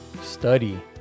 Study